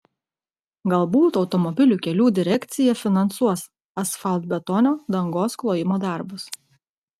galbūt automobilių kelių direkcija finansuos asfaltbetonio dangos klojimo darbus